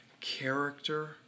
character